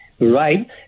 right